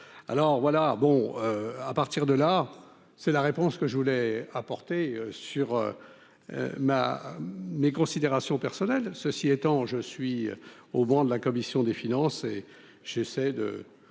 alors voilà, bon à partir de là, c'est la réponse que je voulais apporter sur ma mes considérations personnelles, ceci étant, je suis au bord de la commission des finances, et j'essaie de